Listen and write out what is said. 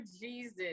jesus